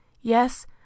Yes